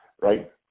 right